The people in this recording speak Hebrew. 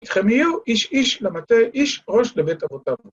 אתכם יהיו איש איש למטה, איש ראש לבית אבותיו.